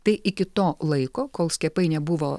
tai iki to laiko kol skiepai nebuvo